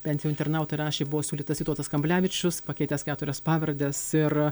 bent jau internautai rašė buvo siūlytas vytautas kamblevičius pakeitęs keturias pavardes ir